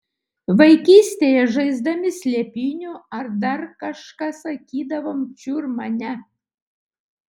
vaikystėje žaisdami slėpynių ar dar kažką sakydavom čiur mane